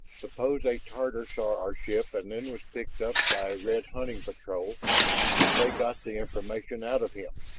suppose a tatar saw our ship and then was picked up by a red hunting patrol and they got the information out of him?